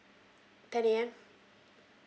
ten A_M